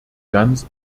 ganz